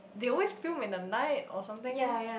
they always film in the night or something